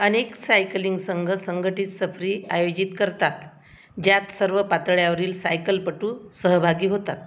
अनेक सायकलिंग संघ संघटित सफरी आयोजित करतात ज्यात सर्व पातळ्यावरील सायकलपटू सहभागी होतात